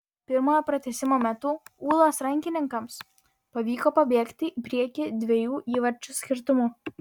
pirmojo pratęsimo metu ūlos rankininkams pavyko pabėgti į priekį dviejų įvarčių skirtumu